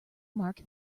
mark